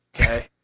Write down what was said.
okay